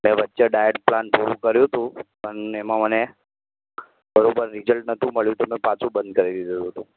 મેં વચ્ચે diet plan થોડું કર્યું હતું પણ એમાં મને બરાબર રીઝલ્ટ નહોતું મળ્યું તો મેં પાછું બંધ કરી દીધેલું હતું